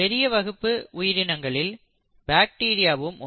பெரிய வகுப்பு உயிரினங்களில் பாக்டீரியாவும் ஒன்று